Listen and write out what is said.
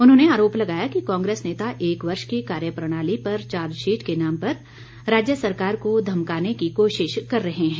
उन्होंने आरोप लगाया कि कांग्रेस नेता एक वर्ष की कार्यप्रणाली पर चार्जशीट के नाम पर राज्य सरकार को धमकाने की कोशिश कर रहे हैं